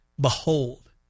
behold